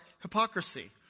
hypocrisy